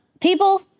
people